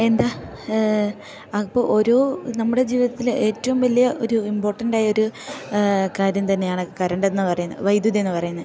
എന്താ അപ്പോൾ ഒരു നമ്മുടെ ജീവിതത്തിൽ ഏറ്റവും വലിയ ഒരു ഇമ്പോർട്ടൻറ്റായൊരു കാര്യം തന്നെയാണ് കരണ്ടെന്നു പറയുന്നത് വൈദ്യുതി എന്ന് പറയുന്നത്